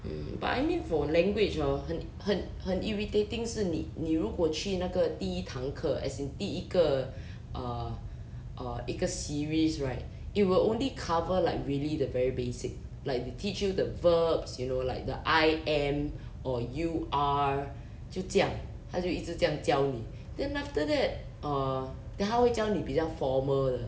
but I mean for language hor 很很很 irritating 是你你如果去那个第一堂课 as in 第一个 err err 一个 series right it will only cover like really the very basic like they teach you the verbs you know like the I am or you are 就这样他就一直这样教你 then after that err then 他会教你比较 formal 的